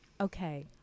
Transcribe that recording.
Okay